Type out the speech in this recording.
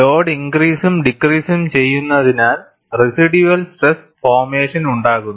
load ഇൻക്രിസും ഡിക്രിസും ചെയ്യുന്നതിനാൽ റെസിഡ്യൂവൽ സ്ട്രെസ് ഫോർമേഷൻ ഉണ്ടാകുന്നു